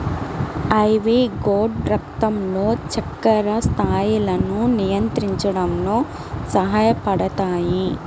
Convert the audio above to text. ivy gourd రక్తంలో చక్కెర స్థాయిలను నియంత్రించడంలో సహాయపడతాయి